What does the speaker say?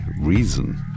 reason